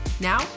Now